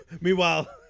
Meanwhile